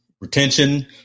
retention